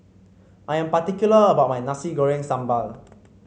I am particular about my Nasi Goreng Sambal